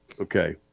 Okay